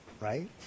Right